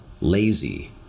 lazy